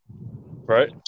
Right